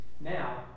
Now